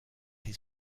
his